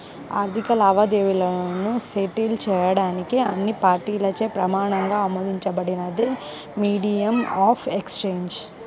ఆర్థిక లావాదేవీలను సెటిల్ చేయడానికి అన్ని పార్టీలచే ప్రమాణంగా ఆమోదించబడినదే మీడియం ఆఫ్ ఎక్సేంజ్